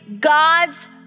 God's